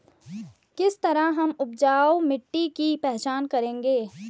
किस तरह हम उपजाऊ मिट्टी की पहचान करेंगे?